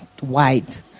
white